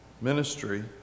ministry